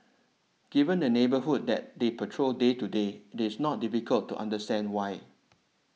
given the neighbourhood that they patrol day to day it's not difficult to understand why